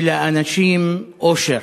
ולאנשים אושר.